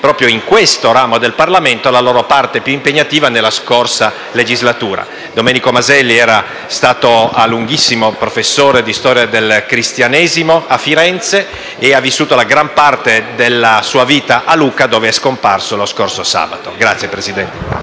proprio in questo ramo del Parlamento la loro parte piu impegnativa nella scorsa legislatura. Domenico Maselli estato molto a lungo professore di storia del cristianesimo a Firenze e ha vissuto gran parte della sua vita a Lucca, dove e scomparso lo scorso sabato. PRESIDENTE.